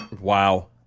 Wow